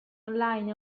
online